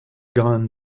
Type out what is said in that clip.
gan